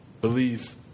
Believe